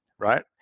Right